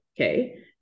Okay